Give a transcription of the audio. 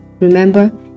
remember